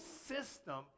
system